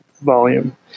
volume